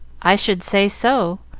i should say so.